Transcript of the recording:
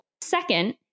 Second